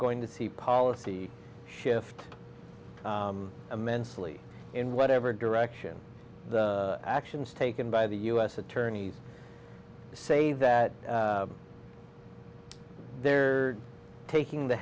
going to see policy shift immensely in whatever direction the actions taken by the u s attorneys say that they're taking the